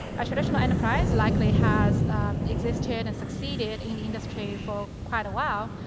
a traditional enterprise likely has existed and succeeded in industry for quite a while,